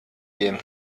gehen